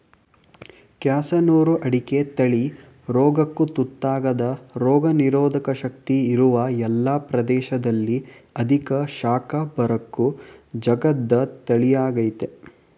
ಕ್ಯಾಸನೂರು ಅಡಿಕೆ ತಳಿ ರೋಗಕ್ಕು ತುತ್ತಾಗದ ರೋಗನಿರೋಧಕ ಶಕ್ತಿ ಇರುವ ಎಲ್ಲ ಪ್ರದೇಶದಲ್ಲಿ ಅಧಿಕ ಶಾಖ ಬರಕ್ಕೂ ಜಗ್ಗದ ತಳಿಯಾಗಯ್ತೆ